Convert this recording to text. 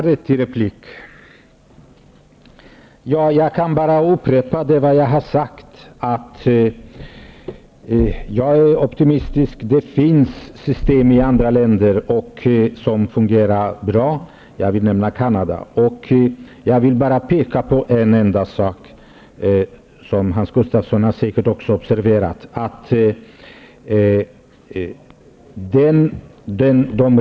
Herr talman! Jag kan bara upprepa vad jag har sagt. Jag är optimistisk. Det finns system i andra länder som fungerar bra. Jag vill nämna Canada som exempel. Jag vill bara peka på en enda sak -- Hans Gustafsson har säkert observerat detta.